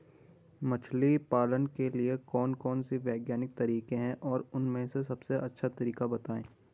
मछली पालन के लिए कौन कौन से वैज्ञानिक तरीके हैं और उन में से सबसे अच्छा तरीका बतायें?